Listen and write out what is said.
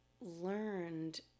learned